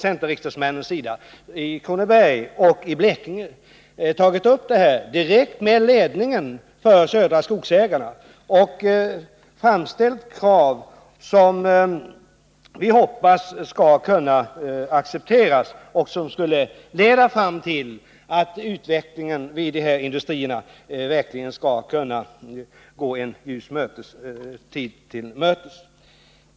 Centerriksdagsmännen i Kronoberg och i Blekinge har tagit upp denna fråga direkt med ledningen för Södra Skogsägarna och framställt krav, som vi hoppas skall kunna accepteras. Det skulle leda fram till att utvecklingen vid dessa industrier skulle kunna gå en ljus framtid till mötes.